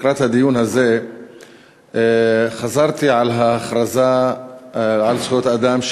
לקראת הדיון הזה חזרתי על ההכרזה בדבר זכויות האדם,